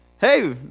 Hey